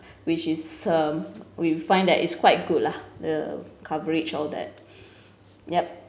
which is um we find that it's quite good lah the coverage all that yup